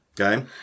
Okay